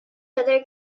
other